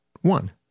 one